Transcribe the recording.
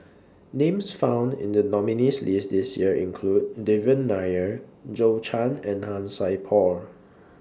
Names found in The nominees' list This Year include Devan Nair Zhou Can and Han Sai Por